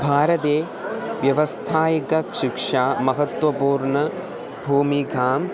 भारते व्यवसायिकशिक्षा महत्वपूर्णां भूमिकाम्